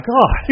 God